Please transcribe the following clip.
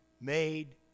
made